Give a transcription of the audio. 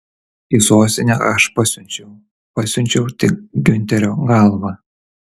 į sostinę aš pasiunčiau pasiunčiau tik giunterio galvą